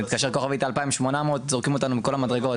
מתקשרים ל- *2800 זורקים אותנו מכל המדרגות.